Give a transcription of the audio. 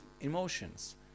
emotions